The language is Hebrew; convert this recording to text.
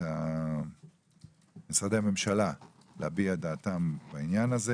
משרדי המשלה להביע דעתם בעניין.